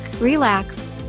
relax